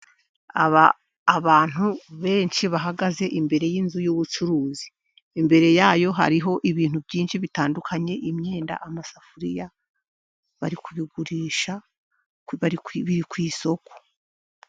Abantu benshi bahagaze imbere y'inzu y'ubucuruzi, imbere yayo hariho ibintu byinshi bitandukanye, imyenda, amasafuriya, bari kuyigurisha bari ku isoko.